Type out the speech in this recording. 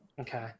Okay